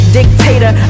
dictator